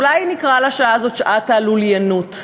אולי נקרא לשעה הזאת "שעת הלוליינות".